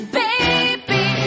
baby